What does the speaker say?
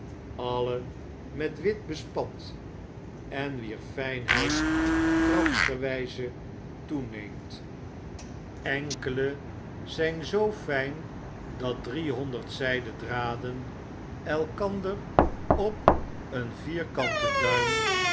alle met wit bespat en wier fljnheid traps wgze toeneemt enkele zyn wph overdrukken zoo fijn dat driehonderd zyden draden elkander op een vierkanten duim